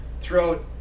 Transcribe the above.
throughout